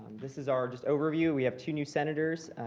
this is our just overview. we have two new senators.